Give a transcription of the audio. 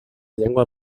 llengua